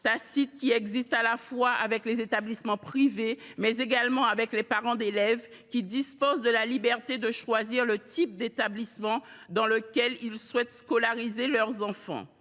tacite qui existe à la fois avec les établissements privés, mais également avec les parents d’élèves, qui disposent de la liberté de choisir le type d’école dans lequel ils souhaitent scolariser leurs enfants.